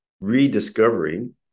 rediscovering